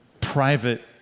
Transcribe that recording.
private